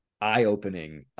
eye-opening